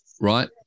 right